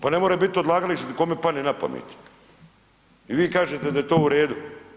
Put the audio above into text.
Pa ne može biti odlagalište kome padne na pamet i vi kažete da je to uredu.